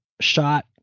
shot